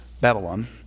Babylon